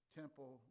temple